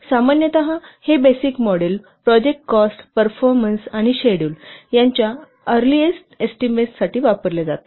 सामान्यत हे basic model project cost performance आणि schedule project cost performance and schedule यांच्या अरली रफ एस्टीमेट साठी वापरले जाते